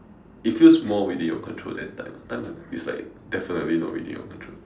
it feels more within your control than time time ah time is like definitely not within your control